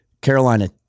Carolina